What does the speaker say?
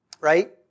Right